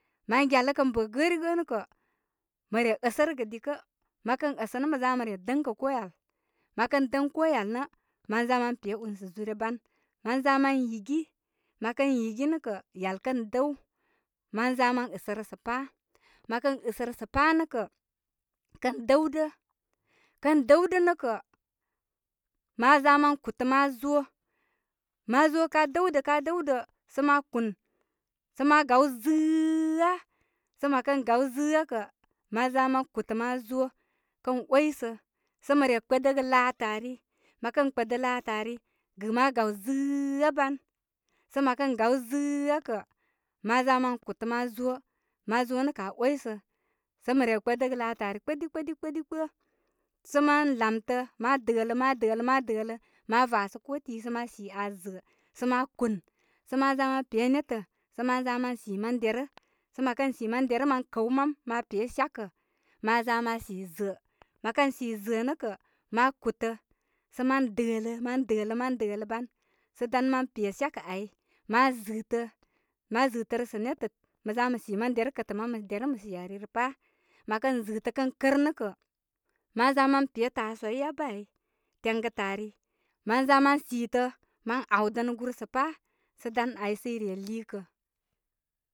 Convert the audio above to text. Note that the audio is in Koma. Mən gyalə kə bə' gəngə nə kə mə re əsərəgə dikə. Məkən əsə nə mə za mə re dəzkə kooyal. Mə kən dəŋ kooyal nə mən za mə pe ilusə' zuure ban. Mə za mə yigi. mə kə yigi nə kə, yal kə dəw mə za mən ɨsərə sə' pa. Mə kən ɨsərə sə pa' nə kə' kən dəwdə. Kən dəwdə nə' kə', ma za ma kutə ma zo. Ma zo ka dəwdə ka dəwdə sə ma kun. Sə ma gaw zitā. Sə mə kən gaw zɨtə kə, ma za ma kutə mazo kə oysə, sə məre kpədəgə laatə ari. Mə kə kpədə laatə' ari, gɨ ma gaw zɨtā ban. Sə mə kə gaw zɨɨ a kə', ma za ma kutə mə zo. Ma zo nə' kə aa oysə. Sə mə re kpədəgə laatə ari, kpədi, kpədi, kpədi, kpə. Sə mən lamtə, man dələ, man dələ mandələ, ma vasə koooti sə ma si aa zəə. sə ma kun. Sə ma za ma pe netə ma za ma si man derə. Sə mə kə si man derə ma kəw mam mə pe shyakə ma za ma si zə'ə'. Mə kə si zəə nə kə', ma kutə sə mə dələ, mə dələ, mən dələ ban. Sə dan mə pe shya'kə ai. ma zɨtə. Ma zɨtərə sa' netə ma si man derə kətə' man derə mə si ari rə pā. Mə kən zɨtə kə kər nə' kə', ma za mən pe tasuwai yabə' ai, təygətə' ari ma za man sitə' mə awdərə gur sə pa'. Sə dan ai sə i re liikə'.